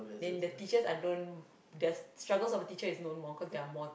then the teachers are don't just struggles of a teachers is known more cause they are more